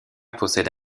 possède